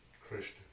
Christian